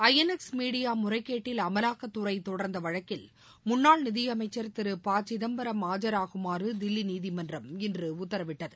ஐ N X media முறைகேட்டில் அமலாக்கத்துறை தொடர்ந்த வழக்கில் முன்னாள் நிதியமைச்சர் திரு ப சிதம்பரம் ஆஜராகுமாறு தில்லி நீதிமன்றம் இன்று உத்தரவிட்டது